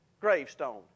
gravestone